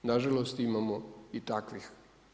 Nažalost, imamo i takvih.